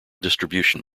distribution